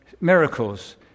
miracles